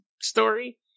story